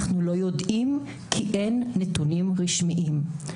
אנחנו לא יודעים כי אין נתונים רשמיים.